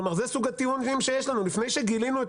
כלומר זה סוג הטיעונים שיש לנו לפני שגילינו את